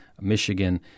Michigan